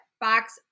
box